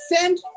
send